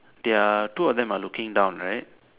their two of them are looking down right